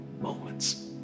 moments